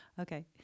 Okay